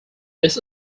this